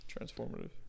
transformative